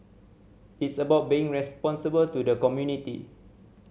it's about being responsible to the community